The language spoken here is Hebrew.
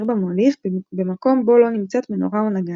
במוליך במקום בו לא נמצאת מנורה או נגד.